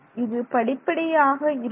இது படிப்படியாக இருக்கும்